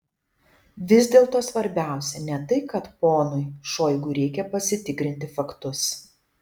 vis dėlto svarbiausia ne tai kad ponui šoigu reikia pasitikrinti faktus